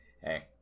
Hey